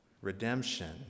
redemption